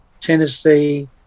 Tennessee